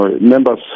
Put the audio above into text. members